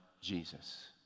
Jesus